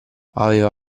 aveva